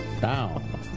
down